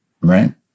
Right